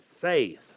faith